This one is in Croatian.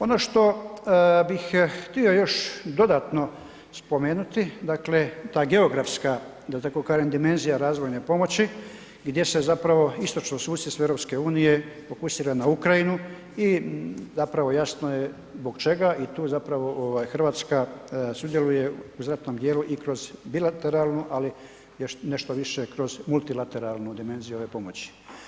Ono što bih htio još dodatno spomenuti, dakle ta geografska da tako kažem dimenzija razvojne pomoći gdje se zapravo istočno susjedstvo EU fokusira na Ukrajinu i zapravo jasno je zbog čega i tu zapravo ovaj Hrvatska sudjeluje u znatnom dijelu i kroz bilateralnu ali još nešto više kroz multilateralnu dimenziju ove pomoći.